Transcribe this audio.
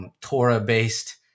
Torah-based